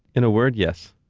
in a word, yes.